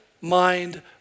mind